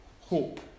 hope